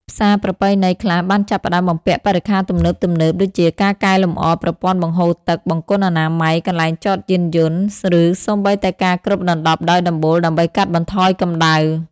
ផ្សារប្រពៃណីខ្លះបានចាប់ផ្តើមបំពាក់បរិក្ខារទំនើបៗ ដូចជាការកែលម្អប្រព័ន្ធបង្ហូរទឹក បង្គន់អនាម័យ កន្លែងចតយានយន្ត ឬសូម្បីតែការគ្របដណ្តប់ដោយដំបូលដើម្បីកាត់បន្ថយកម្ដៅ។